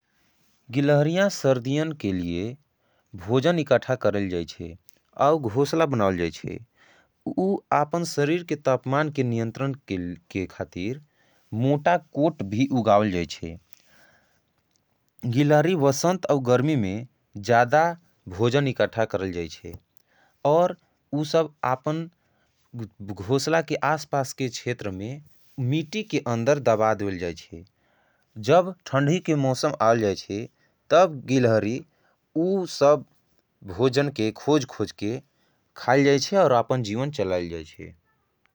गिलहरियां सर्दियन के लिए भोजन इकठा करेल जाएच्छे और घोषला बनाओल जाएच्छे। उ आपन सरीर के तप्मान के नियंतरन के खातिर मोटा कोट भी उगाओल जाएच्छे। गिलहरी वसंत और गर्मी में जादा भोजन इकठा करेल जाएच्छे। और उ सब आपन घोषला के आसपास के छेतर में मीटी के अंदर दबाद रेल जाएच्छे। जब थंड़ी के मौसम आल जाएच्छे तब गिलहरी उ सब भोजन के खोज खोज के खाल जाएच्छे।